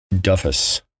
Duffus